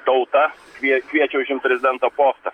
tauta kvie kviečia užimt prezidento postą